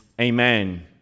Amen